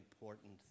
important